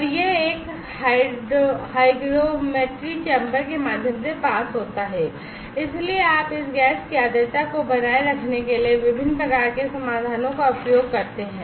और यह एक hygrometry चैम्बर के माध्यम से पास होता है इसलिए आप इस गैस की आर्द्रता को बनाए रखने के लिए विभिन्न प्रकार के समाधानों का उपयोग करते हैं